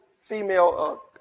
female